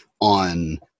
on